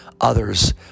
Others